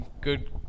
good